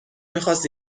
میخواست